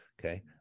Okay